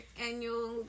annual